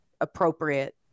appropriate